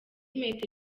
metero